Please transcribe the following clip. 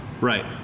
Right